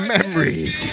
Memories